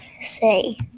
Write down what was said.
say